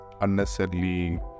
unnecessarily